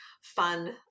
fun